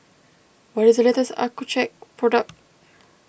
what is the latest Accucheck product